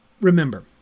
Remember